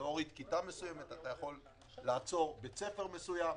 להוריד כיתה מסוימת, לעצור בית ספר מסוים.